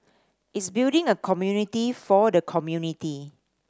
it's building a community for the community